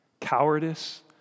Cowardice